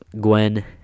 Gwen